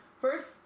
first